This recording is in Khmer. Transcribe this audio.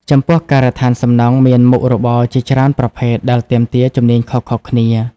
ចំពោះការដ្ឋានសំណង់មានមុខរបរជាច្រើនប្រភេទដែលទាមទារជំនាញខុសៗគ្នា។